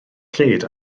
lled